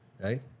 Right